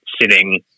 sitting